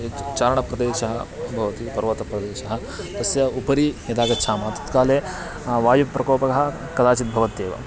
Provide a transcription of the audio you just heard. यत् चारणप्रदेशः भवति पर्वतप्रदेशः तस्य उपरि यदा गच्छामः तत्काले वायुप्रकोपः कदाचित् भवत्येव